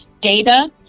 data